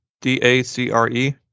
D-A-C-R-E